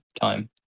time